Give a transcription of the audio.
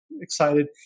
excited